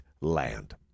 land